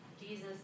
Jesus